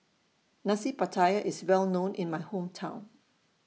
Nasi Pattaya IS Well known in My Hometown